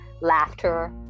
laughter